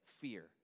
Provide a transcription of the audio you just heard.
Fear